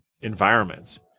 environments